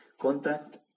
contact